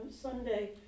Sunday